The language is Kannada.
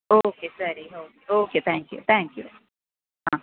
ಓಕೆ ಸರಿ okay okay thank you thank you ಹಾಂ